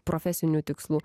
profesinių tikslų